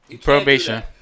Probation